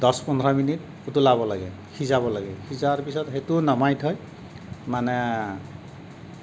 দহ পোন্ধৰ মিনিট উতলাব লাগে সিজাব লাগে সিজাৰ পিছত সেইটো নমাই থৈ মানে